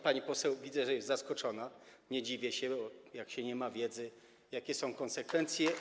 Pani poseł, widzę, że jest zaskoczona, nie dziwię się, jak się nie ma wiedzy, jakie są konsekwencje.